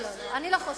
אני לא חושבת.